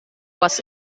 was